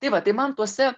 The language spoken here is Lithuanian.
tai va tai man tuose